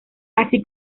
así